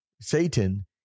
Satan